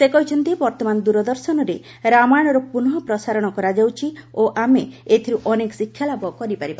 ସେ କହିଛନ୍ତି ବର୍ତ୍ତମାନ ଦୂରଦର୍ଶନରେ ରାମାୟଣର ପୁନଃ ପ୍ରସାରଣ କରାଯାଉଛି ଓ ଆମେ ଏଥିରୁ ଅନେକ ଶିକ୍ଷା ଲାଭ କରିପାରିବା